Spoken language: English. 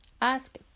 Ask